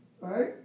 Right